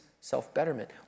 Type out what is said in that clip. self-betterment